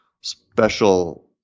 special